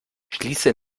schließe